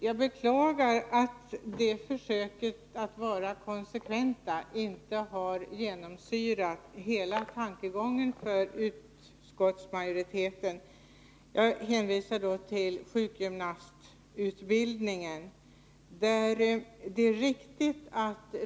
Jag beklagar att det försöket att vara konsekvent inte genomsyrade hela utskottets tankegång. Jag hänvisar till sjukgymnastutbildningen.